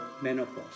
menopause